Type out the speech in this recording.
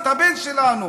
את הבן שלנו,